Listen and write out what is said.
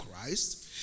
Christ